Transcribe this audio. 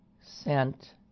sent